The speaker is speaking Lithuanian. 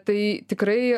tai tikrai